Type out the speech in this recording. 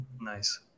Nice